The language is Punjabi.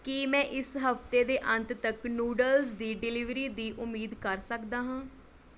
ਕੀ ਮੈਂ ਇਸ ਹਫਤੇ ਦੇ ਅੰਤ ਤੱਕ ਨੂਡਲਜ਼ ਦੀ ਡਿਲੀਵਰੀ ਦੀ ਉਮੀਦ ਕਰ ਸਕਦਾ ਹਾਂ